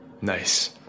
nice